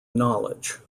knowledge